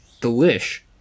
Delish